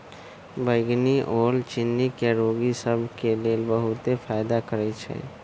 बइगनी ओल चिन्नी के रोगि सभ के लेल बहुते फायदा करै छइ